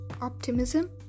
optimism